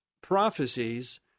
prophecies